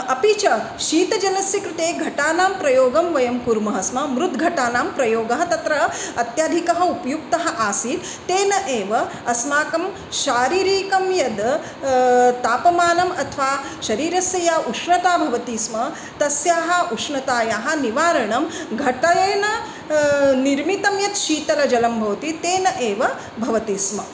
अपि च शीतजलस्य कृते घटानां प्रयोगं वयं कुर्मः स्म मृद्घटानां प्रयोगः तत्र अत्याधिकः उपयुक्तः आसीत् तेन एव अस्माकं शारीरिकं यद् तापमानम् अथवा शरीरस्य या उष्णता भवति स्म तस्याः उष्णतायाः निवारणं घटेन निर्मितं यत् शीतलजलं भवति तेन एव भवति स्म